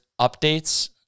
updates